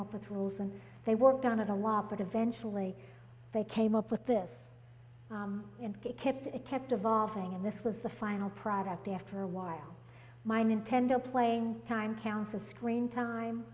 up with rules and they worked on it a lot but eventually they came up with this and kept it kept evolving and this was the final product after a while my nintendo playing time counts of screen time